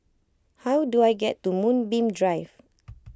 how do I get to Moonbeam Drive